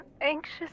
anxious